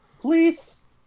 Please